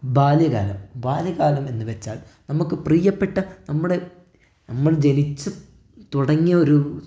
ബാല്യകാലം ബാല്യകാലം എന്നു വച്ചാൽ നമുക്ക് പ്രിയപ്പെട്ട നമ്മുടെ നമ്മൾ ജനിച്ചു തുടങ്ങിയ ഒരു